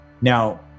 Now